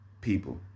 people